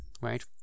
right